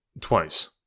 Twice